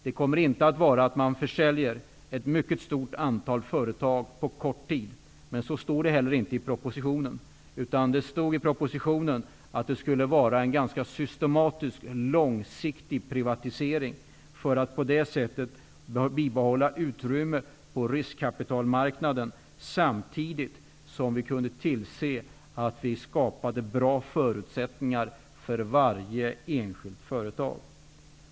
Det kommer inte att innebära att man försäljer ett mycket stort antal företag på kort tid. Men så står det heller inte i propositionen. Det står i propositionen att det skall vara en ganska systematisk, långsiktig privatisering, för att på det sättet bibehålla utrymme på riskkapitalmarknaden samtidigt som vi kan tillse att vi skapar bra förutsättningar för varje enskilt företag.